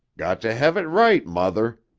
got to have it right, mother,